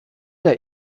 der